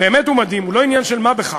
באמת הוא מדהים, הוא לא עניין של מה בכך,